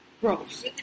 Gross